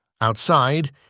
Outside